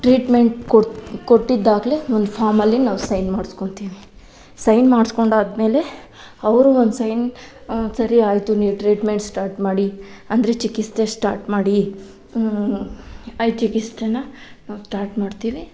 treatment ಕೊಟ್ಟು ಕೊಟ್ಟಿದ್ದಾಗಲೇ ಒಂದು ಫಾರ್ಮಲ್ಲಿ ನಾವು ಸೈನ್ ಮಾಡ್ಸ್ಕೊತೀವಿ ಸೈನ್ ಮಾಡ್ಸ್ಕೊಂಡಾದ್ಮೇಲೆ ಅವರೂ ಒಂದು ಸೈನ್ ಹ್ಞೂ ಸರಿ ಆಯಿತು ನೀವು ಟ್ರೀಟ್ಮೆಂಟ್ ಸ್ಟಾರ್ಟ್ ಮಾಡಿ ಅಂದರೆ ಚಿಕಿತ್ಸೆ ಸ್ಟಾರ್ಟ್ ಮಾಡಿ ಆಯ್ತು ಚಿಕಿತ್ಸೆನ ನಾವು ಸ್ಟಾರ್ಟ್ ಮಾಡ್ತೀವಿ